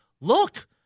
look